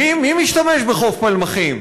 מי משתמש בחוף פלמחים?